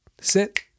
Sit